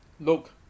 Look